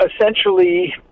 essentially